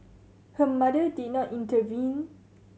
her mother did not intervene